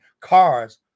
cars